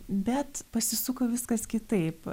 bet pasisuko viskas kitaip